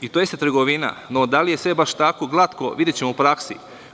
To jeste trgovina, no da li je sve baš tako glatko, videćemo u praksi.